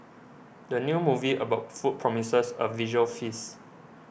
the new movie about food promises a visual feast